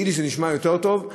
ביידיש זה נשמע יותר טוב,